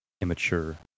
immature